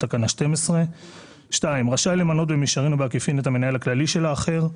תקנה 12. רשאי למנות במישרין או בעקיפין את המנהל הכללי של האחר.